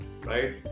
right